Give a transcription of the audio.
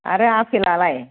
आरो आपेलआलाय